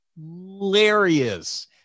Hilarious